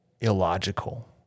illogical